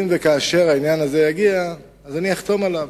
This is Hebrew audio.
ואם וכאשר העניין הזה יגיע, אז אני אחתום עליו.